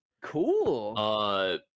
Cool